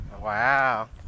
Wow